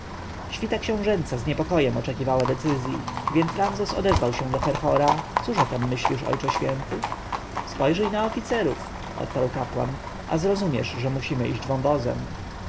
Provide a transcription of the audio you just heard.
świta książęca z niepokojem oczekiwała decyzji więc ramzes odezwał się do herhora cóż o tem myślisz ojcze święty spojrzyj na oficerów odparł kapłan a zrozumiesz że musimy iść wąwozem